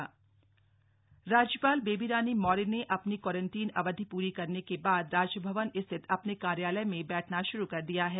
slug राज्यपाल quarantine अवधि राज्यपाल बेबी रानी मौर्य ने अपनी क्वारंटीन अवधि पूरी करने के बाद राजभवन स्थित अपने कार्यालय में बैठना श्रू कर दिया है